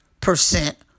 percent